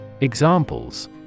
Examples